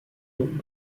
nombres